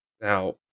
Now